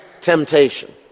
temptation